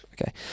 Okay